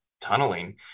tunneling